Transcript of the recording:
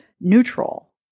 neutral